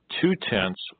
two-tenths